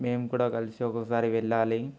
మేం కూడా కలిసి ఒకసారి వెళ్ళాలి